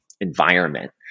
environment